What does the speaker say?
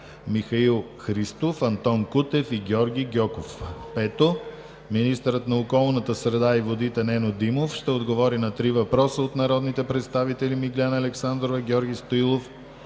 Михаил Христов, Антон Кутев и Георги Гьоков. 5. Министърът на околната среда и водите Нено Димов ще отговори на три въпроса от народните представители Миглена Александрова; Георги Стоилов,